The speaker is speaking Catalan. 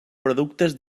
productes